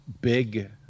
big